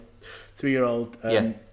three-year-old